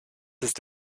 ist